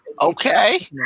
okay